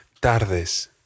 TARDES